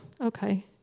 Okay